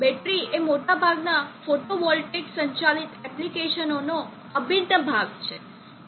battery એ મોટાભાગના photovoltaic સંચાલિત એપ્લિકેશનોનો અભિન્ન ભાગ છે